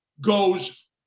goes